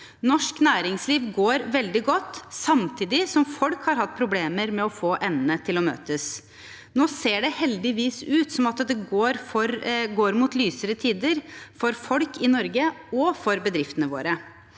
Norsk næringsliv går veldig godt samtidig som folk har hatt problemer med å få endene til å møtes. Nå ser det heldigvis ut som om det går mot lysere tider, for folk i Norge og for bedriftene våre.